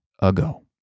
ago